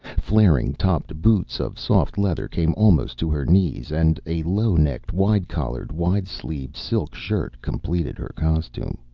flaring-topped boots of soft leather came almost to her knees, and a low-necked, wide-collared, wide-sleeved silk shirt completed her costume.